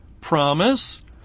promise